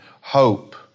hope